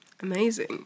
Amazing